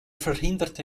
verhinderte